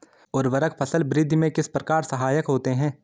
उर्वरक फसल वृद्धि में किस प्रकार सहायक होते हैं?